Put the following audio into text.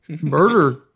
murder